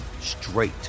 straight